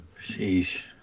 Sheesh